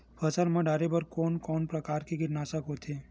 फसल मा डारेबर कोन कौन प्रकार के कीटनाशक होथे?